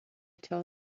tell